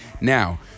Now